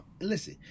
listen